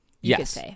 yes